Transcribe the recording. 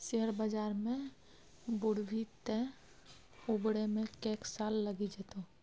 share बजार मे बुरभी तँ उबरै मे कैक साल लगि जेतौ